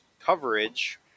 coverage